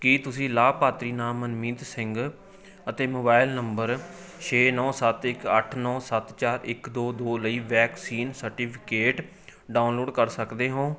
ਕੀ ਤੁਸੀਂ ਲਾਭਪਾਤਰੀ ਨਾਮ ਮਨਮੀਤ ਸਿੰਘ ਅਤੇ ਮੋਬਾਇਲ ਨੰਬਰ ਛੇ ਨੌ ਸੱਤ ਇੱਕ ਅੱਠ ਨੌ ਸੱਤ ਚਾਰ ਇੱਕ ਦੋ ਦੋ ਲਈ ਵੈਕਸੀਨ ਸਰਟੀਫਿਕੇਟ ਡਾਊਨਲੋਡ ਕਰ ਸਕਦੇ ਹੋ